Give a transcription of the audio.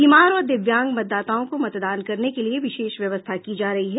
बीमार और दिव्यांग मतदाताओं को मतदान करने के लिए विशेष व्यवस्था की जा रही है